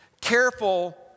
Careful